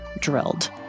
drilled